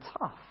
tough